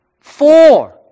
Four